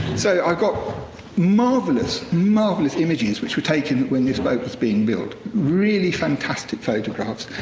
so, i've got marvelous, marvelous images which were taken when this boat was being built. really fantastic photographs.